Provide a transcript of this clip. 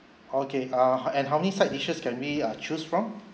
okay uh h~ and how many side dishes can be uh choose from